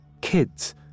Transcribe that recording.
kids